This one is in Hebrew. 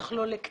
בטח לא לקטינים,